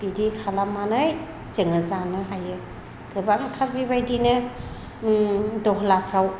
बिदि खालामनानै जोङो जानो हायो गोबांथार बेबायदिनो उम दहलाफ्राव